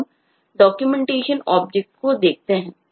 अब हम Documentation object को देखते हैं